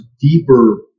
deeper